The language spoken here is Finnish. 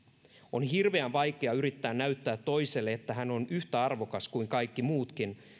on hirveän vaikea yrittää näyttää toiselle että hän on yhtä arvokas kuin kaikki muutkin